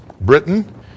Britain